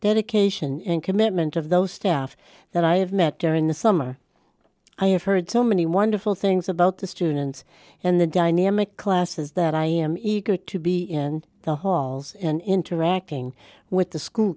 dedication and commitment of those staff that i have met during the summer i have heard so many wonderful things about the students and the dynamic classes that i am eager to be in the halls and interacting with the school